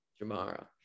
Jamara